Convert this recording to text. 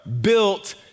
built